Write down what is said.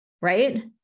right